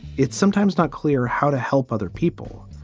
it's sometimes not clear how to help other people,